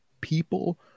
people